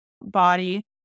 body